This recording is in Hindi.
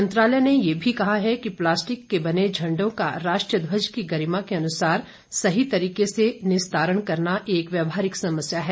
मंत्रालय ने यह भी कहा है कि प्लास्टिक के बने झंडों का राष्ट्रीय ध्वज की गरिमा के अनुसार सही तरीके से निस्तारण करना एक व्यावहारिक समस्या है